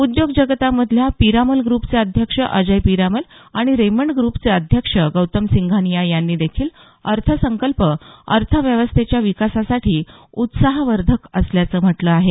उद्योग जगतामधील पिरामल ग्रुपचे अध्यक्ष अजय पिरामल आणि रेमंड ग्रपचे अध्यक्ष गौतम सिंघानिया यांनी देखील अर्थसंकल्प अर्थव्यवस्थेच्या विकासासाठी उत्साहवर्धक असल्याचं म्हटलं आहे